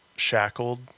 shackled